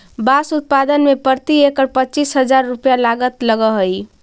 बाँस उत्पादन में प्रति एकड़ पच्चीस हजार रुपया लागत लगऽ हइ